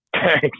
Thanks